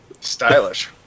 Stylish